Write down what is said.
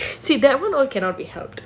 see [one] also cannot be helped